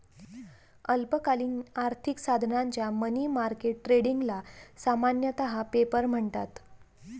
अल्पकालीन आर्थिक साधनांच्या मनी मार्केट ट्रेडिंगला सामान्यतः पेपर म्हणतात